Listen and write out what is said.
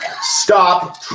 Stop